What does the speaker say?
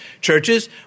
churches